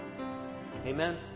Amen